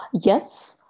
Yes